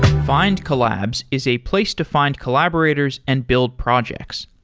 findcollabs is a place to find collaborators and build projects.